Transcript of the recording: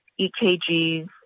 EKGs